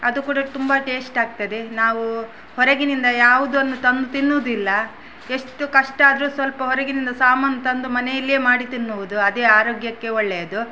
ಅದು ಕೂಡ ತುಂಬ ಟೇಸ್ಟ್ ಆಗ್ತದೆ ನಾವು ಹೊರಗಿನಿಂದ ಯಾವುದನ್ನು ತಂದು ತಿನ್ನುವುದಿಲ್ಲ ಎಷ್ಟು ಕಷ್ಟ ಆದರೂ ಸ್ವಲ್ಪ ಹೊರಗಿನಿಂದ ಸಾಮಾನು ತಂದು ಮನೆಯಲ್ಲಿಯೇ ಮಾಡಿ ತಿನ್ನುವುದು ಅದೇ ಆರೋಗ್ಯಕ್ಕೆ ಒಳ್ಳೆಯದು